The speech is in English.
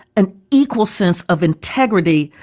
an equal sense of integrity.